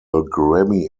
grammy